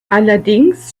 allerdings